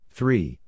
Three